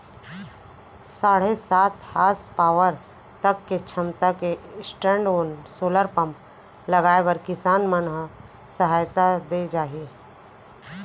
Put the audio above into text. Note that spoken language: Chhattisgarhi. साढ़े सात हासपावर तक के छमता के स्टैंडओन सोलर पंप लगाए बर किसान मन ल सहायता दे जाही